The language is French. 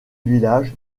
village